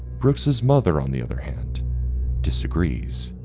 brooks's mother on the other hand disagrees,